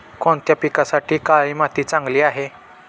कोणत्या पिकासाठी काळी माती चांगली आहे?